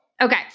Okay